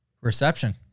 reception